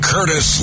Curtis